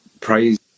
praise